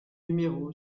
numéro